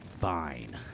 Fine